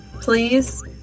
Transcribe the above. Please